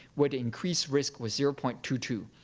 where the increased risk was zero point two two.